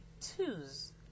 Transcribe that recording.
twos